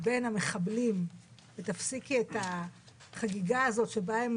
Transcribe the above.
בין המחבלים ותפסיקי את החגיגה הזאת שבה הם